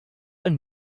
ein